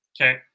Okay